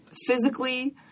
physically